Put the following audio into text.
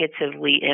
negatively